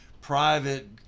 private